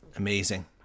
Amazing